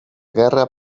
guerra